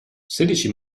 sedici